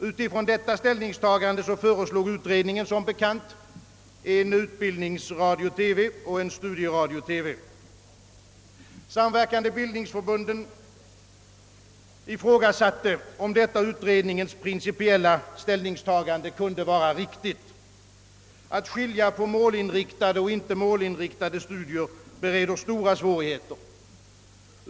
Utifrån detta ställningstagande föreslog utredningen som bekant en utbildningsradio TV och en studieradio-TV. Samverkande bildningsförbunden ifrågasatte, om detta utredningens principiella ställningstagande kunde vara riktigt. Att skilja på målinriktade och inte målinriktade studier bereder stora svårigheter.